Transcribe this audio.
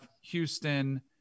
Houston